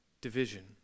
division